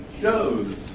Shows